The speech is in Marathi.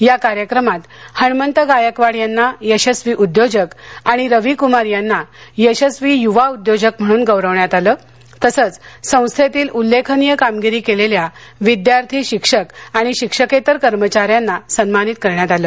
या कार्यक्रमात हणमंत गायकवाड यांना यशस्वी उद्योजक आणि रवी कुमार यांना यशस्वी यूवा उद्योजक म्हणून गौरविण्यात आलं तसंच संस्थेतील उल्लेखनीय कामगिरी केलेल्या विद्यार्थी शिक्षक आणि शिक्षकेतर कर्मचाऱ्यांना सन्मानित करण्यात आलं